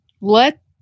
let